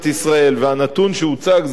והנתון שהוצג הוא של האו"ם,